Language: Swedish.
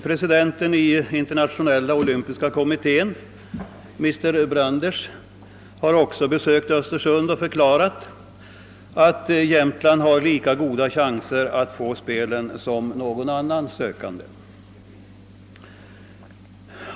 Presidenten i internationella olympiska kommittén, Mr Brundage, har också besökt Östersund och förklarat att Jämtland har lika goda chanser att få spelen som någon annan sökande.